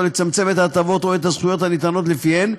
או לצמצם את ההטבות או את הזכויות הניתנות לפיהן,